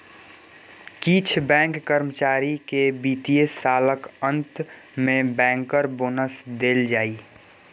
किछ बैंक कर्मचारी केँ बित्तीय सालक अंत मे बैंकर बोनस देल जाइ